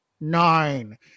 Nine